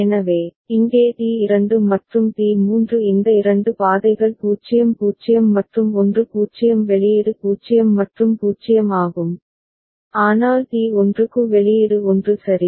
எனவே இங்கே T2 மற்றும் T 3 இந்த 2 பாதைகள் 0 0 மற்றும் 1 0 வெளியீடு 0 மற்றும் 0 ஆகும் ஆனால் T1 க்கு வெளியீடு 1 சரி